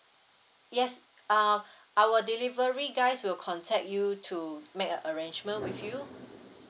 yes uh our delivery guys will contact you to make a arrangement with you